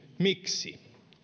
miksi